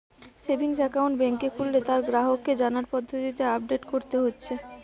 savings account বেংকে খুললে তার গ্রাহককে জানার পদ্ধতিকে আপডেট কোরতে হচ্ছে